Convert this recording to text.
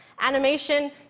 Animation